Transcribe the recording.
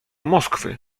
moskwy